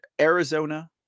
Arizona